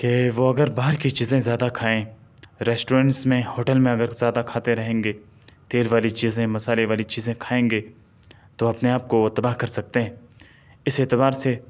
کہ وہ اگر باہر کی چیزیں زیادہ کھائیں ریسٹورینٹس میں ہوٹل میں اگر زیادہ کھاتے رہیں گے تیل والی چیزیں مصالح والی چیزیں کھائیں گے تو اپنے آپ کو وہ تباہ کر سکتے ہیں اس اعتبار سے